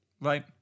right